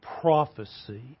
prophecy